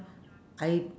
I